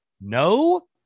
No